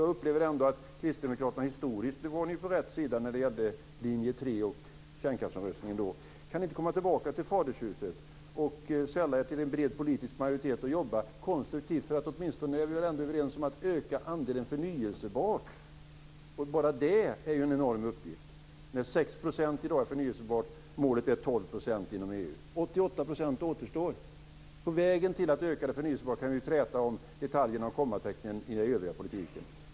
Jag upplever ändå att Kristdemokraterna historiskt var på rätt sida för linje 3 i kärnkraftsomröstningen. Kan ni inte komma tillbaka till fadershuset och sälla er till en bred politisk majoritet och jobba konstruktivt för att åtminstone öka, där är vi i alla fall överens, andelen förnybar energi? Bara det är en enorm uppgift. 6 % är i dag är förnybar, målet är 12 % inom EU. 88 % återstår. På vägen till att öka det förnybara kan vi träta om detaljerna och kommatecknen i den övriga politiken.